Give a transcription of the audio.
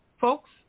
folks